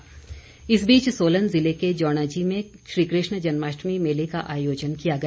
बिंदल इस बीच सोलन जिले के जौणाजी में श्रीकृष्ण जन्माष्टमी मेले का आयोजन किया गया